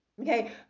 okay